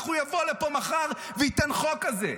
איך הוא יבוא לפה מחר וייתן חוק כזה.